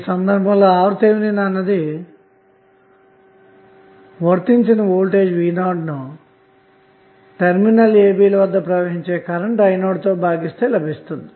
ఈ సందర్భంలో RTh అన్నది వర్తించిన వోల్టేజ్ v 0ను టెర్మినల్ ab ల వద్ద ప్రవహించే కరెంటు i 0తో భాగిస్తే లభిస్తుంది